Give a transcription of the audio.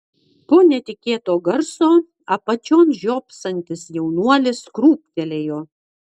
po netikėto garso apačion žiopsantis jaunuolis krūptelėjo